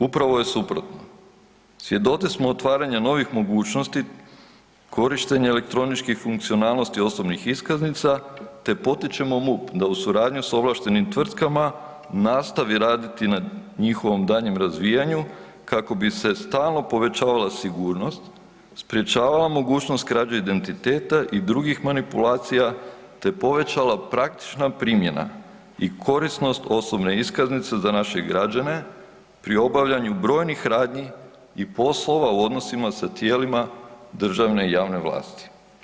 Upravo je suprotno, svjedoci smo otvaranja novih mogućnosti korištenja elektroničkih funkcionalnosti osobnih iskaznica, te potičemo MUP da u suradnju s ovlaštenim tvrtkama nastavi raditi na njihovom daljnjem razvijanju kako bi se stalno povećavala sigurnost, sprječavala mogućnost krađe identiteta i drugih manipulacija, te povećala praktična primjena i korisnost osobne iskaznice za naše građane pri obavljanju brojnih radnji i poslova u odnosima sa tijelima državne i javne vlasti.